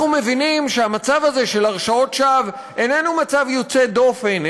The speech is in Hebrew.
אנחנו מבינים שהמצב הזה של הרשעות שווא איננו מצב יוצא דופן,